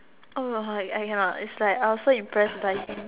oh my god I cannot is like I was so impressed by him